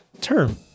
term